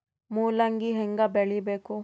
ಮೂಲಂಗಿ ಹ್ಯಾಂಗ ಬೆಳಿಬೇಕು?